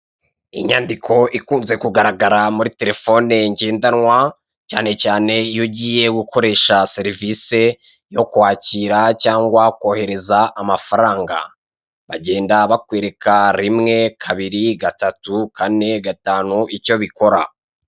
Inyandiko ikunze kugaragara muri terefone ngendanwa cyanecyane iyo ugiye gukoresha serivise yo kwakira cyangwa kwohereza amafaranga bagenda bakwereka; rimwe, kabiri, gatatu, kane, gatanu icyo bikora.